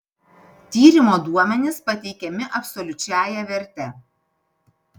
tyrimo duomenys pateikiami absoliučiąja verte